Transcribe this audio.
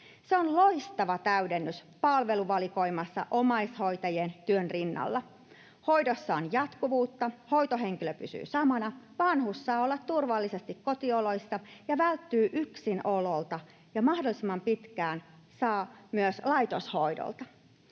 Se on loistava täydennys palveluvalikoimaan omaishoitajien työn rinnalla. Hoidossa on jatkuvuutta, hoitohenkilö pysyy samana, vanhus saa olla turvallisesti kotioloissa ja välttyy yksinololta ja mahdollisimman pitkään myös laitoshoidolta.